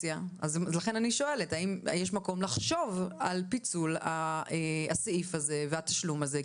לכן אני שואלת האם יש מקום לחשוב על פיצול הסעיף הזה והתשלום הזה.